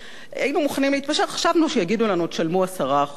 היינו מוכנים להתפשר וחשבנו שיגידו לנו: תשלמו 10% מס.